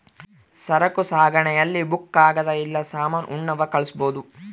ಸರಕು ಸಾಗಣೆ ಅಲ್ಲಿ ಬುಕ್ಕ ಕಾಗದ ಇಲ್ಲ ಸಾಮಾನ ಉಣ್ಣವ್ ಕಳ್ಸ್ಬೊದು